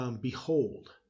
behold